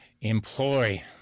employ